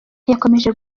yakomeje